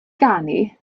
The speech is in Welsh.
ganu